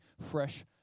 fresh